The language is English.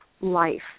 life